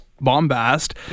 bombast